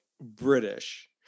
British